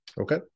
Okay